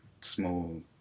small